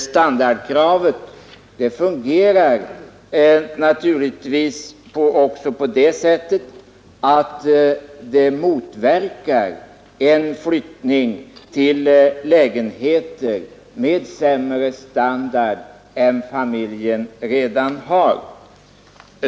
Standardkravet fungerar naturligtvis också på det sättet att det motverkar en flyttning till lägenheter med sämre standard än familjen redan har.